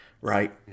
right